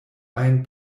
ajn